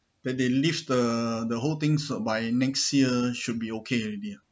that they lift the the whole things by next year should be okay already